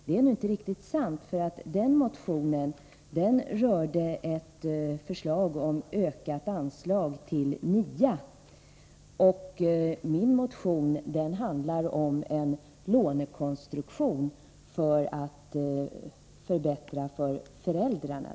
Det är nu inte riktigt sant, för den tidigare motionen gick ut på att det skulle ges ökat anslag till nya adoptioner, medan min motion handlar om en lånekonstruktion för att åstadkomma en förbättring direkt för föräldrarna.